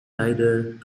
raiders